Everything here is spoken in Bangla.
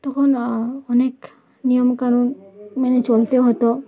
তখন অনেক নিয়মকানুন মেনে চলতে হতো